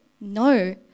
No